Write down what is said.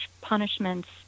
punishments